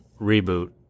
reboot